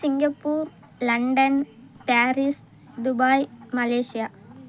Singapore London Paris Dubai Malaysia